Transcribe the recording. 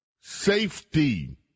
safety